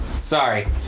Sorry